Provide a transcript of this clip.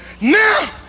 Now